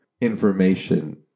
information